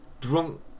drunk